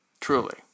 truly